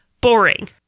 boring